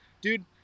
dude